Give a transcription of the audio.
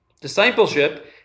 Discipleship